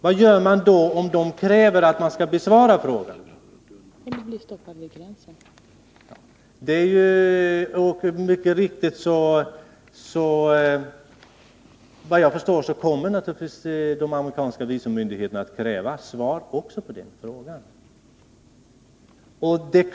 Vad gör man då om de kräver att man skall besvara frågan? Såvitt jag förstår kommer naturligtvis de amerikanska visummyndigheterna att kräva svar också på denna fråga.